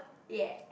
ya